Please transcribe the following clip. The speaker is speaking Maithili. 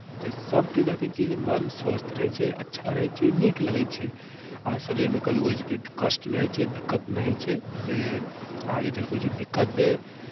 जे सभकेँ देखै छी जे मन स्वस्थ रहै छै अच्छा रहै छै नीक लगै छै आ शरीरमे कभी कोइ चीजके कष्ट नहि होइ छै दिक्कत नहि होइ छै जे आगे चलि कऽ कोइ चीज दिक्कत दय